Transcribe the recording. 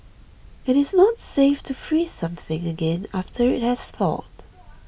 it is not safe to freeze something again after it has thawed